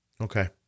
Okay